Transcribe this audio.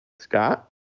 Scott